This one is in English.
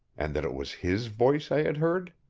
and that it was his voice i had heard?